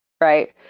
right